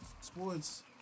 sports